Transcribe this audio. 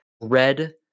red